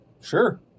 Sure